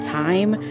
time